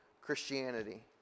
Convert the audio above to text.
Christianity